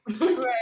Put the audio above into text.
Right